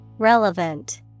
Relevant